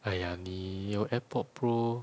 !aiya! 你有 AirPods Pro